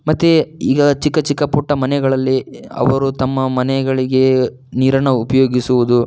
ಮತ್ತೆ ಈಗ ಚಿಕ್ಕ ಚಿಕ್ಕ ಪುಟ್ಟ ಮನೆಗಳಲ್ಲಿ ಅವರು ತಮ್ಮ ಮನೆಗಳಿಗೆ ನೀರನ್ನು ಉಪಯೋಗಿಸುವುದು